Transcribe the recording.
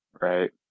Right